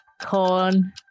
Corn